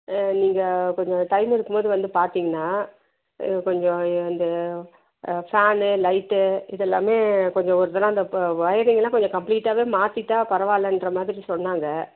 நீங்கள் கொஞ்சம் டைம் இருக்கும்போது வந்து பார்த்தீங்கன்னா கொஞ்சம் அந்த ஃபேனு லைட்டு இதெல்லாமே கொஞ்சம் ஒரு தரம் அந்த ப வொயரிங்கெலாம் கொஞ்சம் கம்ப்ளீட்டாகவே மாற்றிட்டா பரவாலங்ற மாதிரி சொன்னாங்க